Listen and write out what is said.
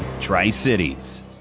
Tri-Cities